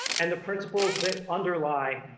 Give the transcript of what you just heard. and the principles that underly